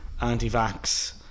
anti-vax